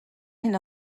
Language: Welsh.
hyn